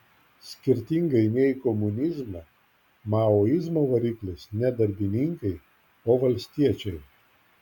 skirtingai nei komunizme maoizmo variklis ne darbininkai o valstiečiai